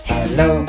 Hello